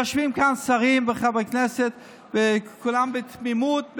יושבים כאן שרים וחברי כנסת וכולם בתמימות,